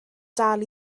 dal